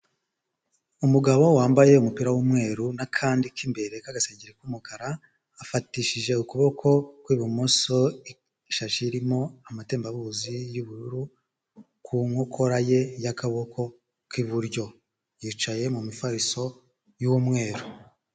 Umugabo wambaye umupira w'umweru n'akandi k'imbere y'agasengeri k'umukara, afatishije ukuboko kw'ibumoso ishashi irimo amatembabuzi y'ubururu, ku nkokora ye y'akaboko k'iburyo. Yicaye mu mifariso y'umweru.